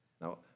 Now